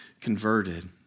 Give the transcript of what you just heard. converted